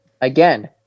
again